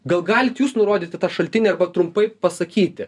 gal galit jūs nurodyti tą šaltinį arba trumpai pasakyti